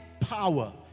power